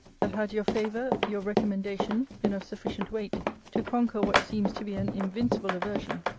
that had your favour, your recommendation, been of sufficient weight to conquer what seems to be an invincible aversion,